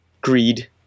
greed